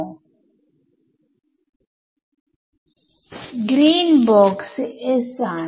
ഇതിന്റെ അർഥം ലെയും ലെയും ഇലക്ട്രിക് ഫീൽഡ്എന്നാണ്